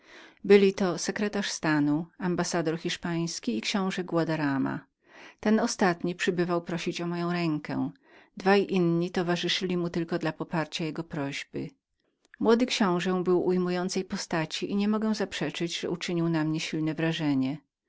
byli to sekretarz stanu ambassador hiszpański i książe guadarrama ten ostatni przybywał prosić o moją rękę pierwsi zaś towarzyszyli mu tylko dla poparcia jego prośby młody książę był ujmującej postaci i niemogę zaprzeczyć że uczynił na mnie silne wrażenie